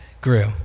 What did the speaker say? grew